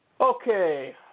Okay